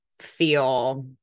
feel